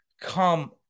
come